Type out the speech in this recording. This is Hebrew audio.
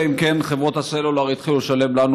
אלא אם כן חברות הסלולר יתחילו לשלם לנו,